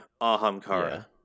Ahamkara